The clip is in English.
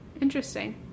Interesting